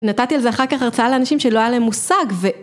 נתתי על זה אחר כך הרצאה לאנשים שלא היה להם מושג ו...